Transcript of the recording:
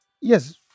Yes